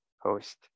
host